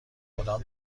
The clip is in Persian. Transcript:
کدام